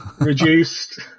Reduced